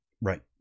Right